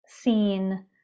seen